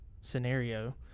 scenario